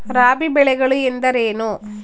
ರಾಬಿ ಬೆಳೆಗಳು ಎಂದರೇನು?